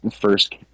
first